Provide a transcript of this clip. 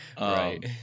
Right